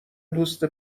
دوست